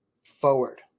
forward